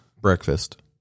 Breakfast